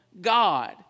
God